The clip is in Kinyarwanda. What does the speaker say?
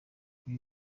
ibi